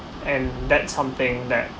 and that's something that